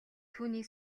түүний